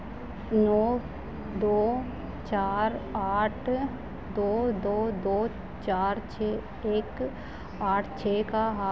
नौ दो चार आठ दो दो दो चार छः एक आठ छः का